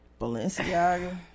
Balenciaga